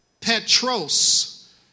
Petros